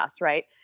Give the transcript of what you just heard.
right